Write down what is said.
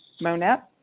Monette